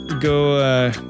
Go